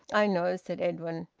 i know, said edwin.